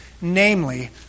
namely